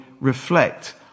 reflect